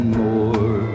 more